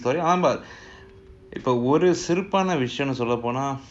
சரிஆமாஇப்போஒருசிரிப்பானவிஷயம்சொல்லப்போனா:sari aama ipo oru siripana vishayam sollapona